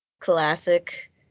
classic